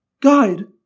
Guide